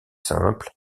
simples